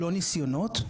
לא ניסיונות,